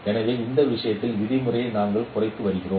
எனவே இந்த விஷயத்தின் விதிமுறையை நாங்கள் குறைத்து வருகிறோம்